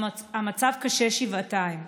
המצב קשה שבעתיים.